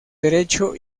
derecho